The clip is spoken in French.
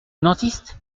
dentiste